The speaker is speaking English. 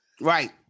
Right